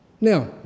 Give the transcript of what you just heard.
Now